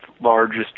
largest